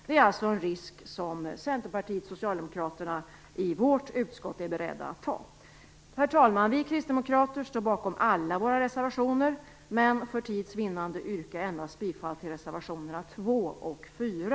Det är en risk som Centerpartiet och Socialdemokraterna i vårt utskott är beredda att ta. Herr talman! Vi kristdemokrater står bakom alla våra reservationer, men för tids vinnande yrkar jag bifall endast till reservationerna 2 och 4.